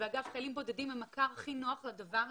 אגב, חיילים בודדים הם הכר הכי נוח לדבר הזה.